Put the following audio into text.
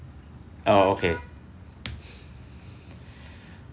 oh okay